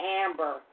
Amber